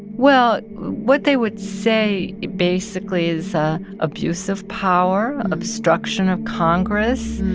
well, what they would say basically is abuse of power, obstruction of congress.